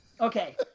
Okay